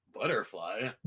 Butterfly